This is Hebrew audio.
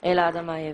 אלעד אמייב.